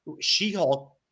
She-Hulk